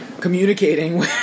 communicating